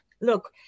Look